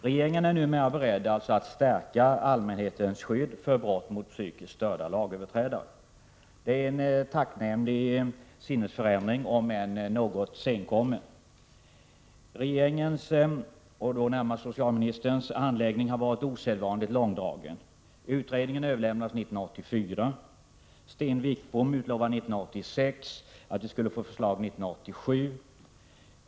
Regeringen är alltså numera beredd att stärka allmänhetens skydd mot brott av psykiskt störda lagöverträdare. Det är en tacknämlig sinnesförändring, om än något senkommen. Regeringens och närmast socialministerns handläggning har varit osedvanligt långdragen. Den aktuella utredningen överlämnades 1984. Sten Wickbom utlovade 1986 att vi skulle få ett förslag 1987.